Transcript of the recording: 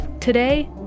today